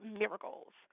miracles